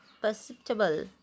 perceptible